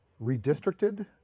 redistricted